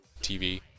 TV